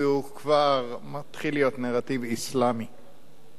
הוא כבר מתחיל להיות נרטיב אסלאמי.